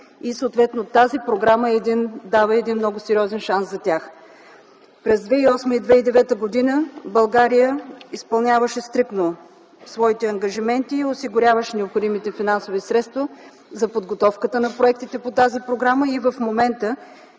– съответно тази програма дава един много сериозен шанс за тях. През 2008 и 2009 г. България изпълняваше стриктно своите ангажименти и осигуряваше необходимите финансови средства за подготовката на проектите по тази програма. В момента